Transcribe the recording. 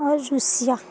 ଅ ଋଷିଆ